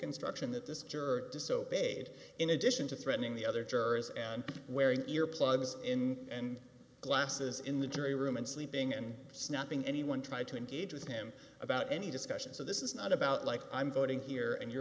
instruction that this juror disobeyed in addition to threatening the other jurors and wearing earplugs in and glasses in the jury room and sleeping and snapping anyone try to engage with him about any discussion so this is not about like i'm voting here and you're